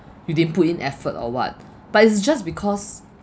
you didn't put in effort or what but it's just because